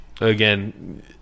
again